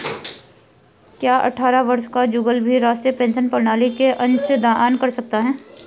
क्या अट्ठारह वर्ष का जुगल भी राष्ट्रीय पेंशन प्रणाली में अंशदान कर सकता है?